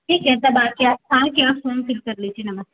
ठीक है तब आ कर आप फार्म फिल कर लीजिए नमस